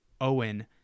Owen